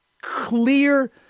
clear